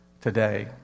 today